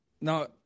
now